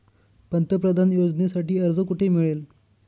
पंतप्रधान योजनेसाठी अर्ज कुठे मिळेल?